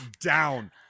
down